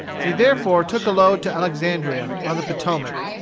he therefore took a load to alexandria, on the potomac.